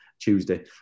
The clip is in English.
Tuesday